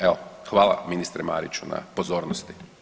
Evo hvala ministre Mariću na pozornosti.